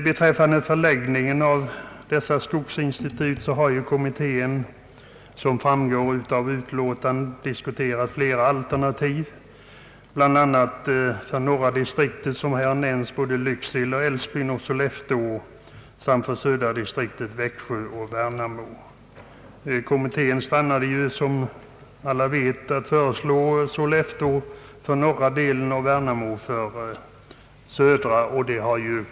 Beträffande förläggningen av skogsinstituten har kommittén, som framgår av utlåtandet, diskuterat flera alternativ, bl.a. för norra distriktet Lycksele, Älvsbyn och Sollefteå samt för södra distriktet Växjö och Värnamo. Kommittén stannade, som alla vet, vid att föreslå Sollefteå för norra delen och Värnamo för den södra.